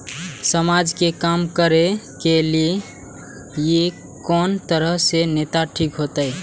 समाज के काम करें के ली ये कोन तरह के नेता ठीक होते?